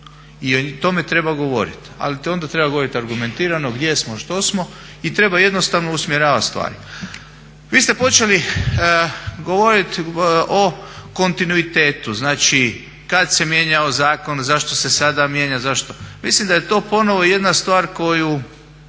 i o tome treba govoriti. Ali onda treba govoriti argumentirano gdje smo, što smo i treba jednostavno usmjeravati stvari. Vi ste počeli govoriti o kontinuitetu, kada se mijenjao zakon, zašto se sada mijenja, mislim da je to ponovo jedna stvar koju